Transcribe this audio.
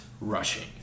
rushing